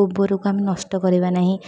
ଗୋବରକୁ ଆମେ ନଷ୍ଟ କରିବା ନାହିଁ